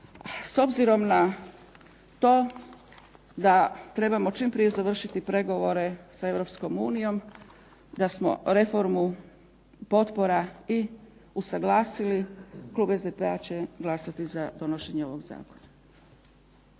S obzirom na to da trebamo čim prije završiti pregovore sa Europskom unijom, da smo reformu potpora i usaglasili klub SDP-a će glasati za donošenje ovog zakona.